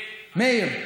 מאיר,